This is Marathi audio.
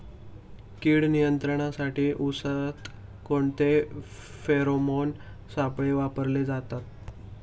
कीड नियंत्रणासाठी उसात कोणते फेरोमोन सापळे वापरले जातात?